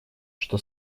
что